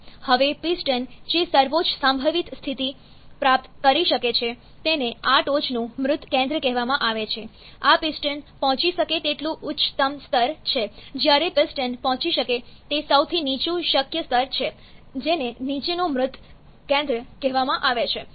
હવે પિસ્ટન જે સર્વોચ્ચ સંભવિત સ્થિતિ પ્રાપ્ત કરી શકે છે તેને આ ટોચનું મૃત કેન્દ્ર કહેવામાં આવે છે આ પિસ્ટન પહોંચી શકે તેટલું ઉચ્ચતમ સ્તર છે જ્યારે પિસ્ટન પહોંચી શકે તે સૌથી નીચું શક્ય સ્તર છે જેને નીચેનું મૃત કેન્દ્ર કહેવામાં આવે છે